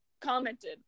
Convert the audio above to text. commented